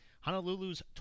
Honolulu's